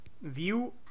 View